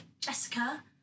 Jessica